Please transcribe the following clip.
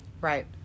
Right